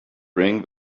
bring